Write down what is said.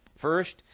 First